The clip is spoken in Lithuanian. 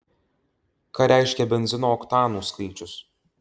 ką reiškia benzino oktanų skaičius